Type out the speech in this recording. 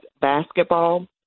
basketball